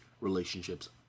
relationships